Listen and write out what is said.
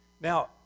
Now